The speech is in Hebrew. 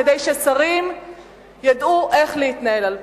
כדי ששרים ידעו איך להתנהל על-פיהם.